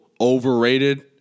overrated